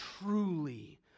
truly